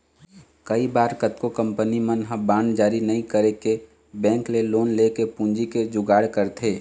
कई बार कतको कंपनी मन ह बांड जारी नइ करके बेंक ले लोन लेके पूंजी के जुगाड़ करथे